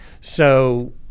so-